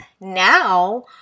now